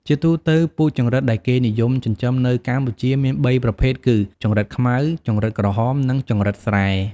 ជាទូទៅ ពូជចង្រិតដែលគេនិយមចិញ្ចឹមនៅកម្ពុជាមានបីប្រភេទគឺ ចង្រិតខ្មៅ ចង្រិតក្រហម និងចង្រិតស្រែ។